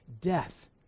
death